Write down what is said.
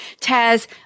Taz